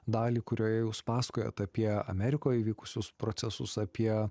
dalį kurioje jūs pasakojot apie amerikoj įvykusius procesus apie